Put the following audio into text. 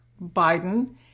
Biden